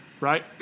right